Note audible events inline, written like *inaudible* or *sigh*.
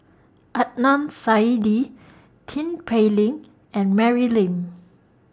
*noise* Adnan Saidi Tin Pei Ling and Mary Lim